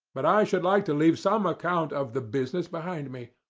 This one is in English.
but i should like to leave some account of the business behind me.